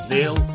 Neil